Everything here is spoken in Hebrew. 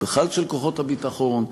ובכלל של כוחות הביטחון,